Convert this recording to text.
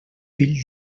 fill